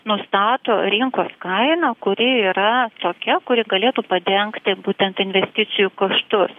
nustato rinkos kainą kuri yra tokia kuri galėtų padengti būtent investicijų kaštus